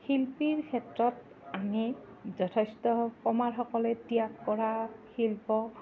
শিল্পীৰ ক্ষেত্ৰত আমি যথেষ্ট কমাৰসকলে ত্যাগ কৰা শিল্প